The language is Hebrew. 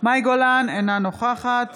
מאי גולן, אינה נוכחת